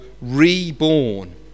reborn